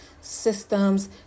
systems